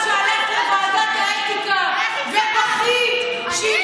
תעצרי רגע, תעצרי שנייה.